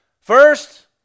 First